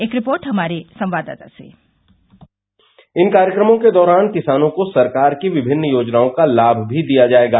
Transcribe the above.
एक रिपोर्ट हमारे संवाददाता कीः इन कार्यक्रमों के दौरान किसानों को सरकार की विभिन्न योजनाओं का लाम भी दिया जाएगा